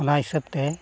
ᱚᱱᱟ ᱦᱤᱥᱟᱹᱵᱽ ᱛᱮ